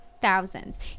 Thousands